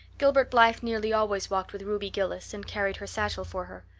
gilbert blythe nearly always walked with ruby gillis and carried her satchel for her.